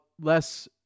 less